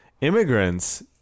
immigrants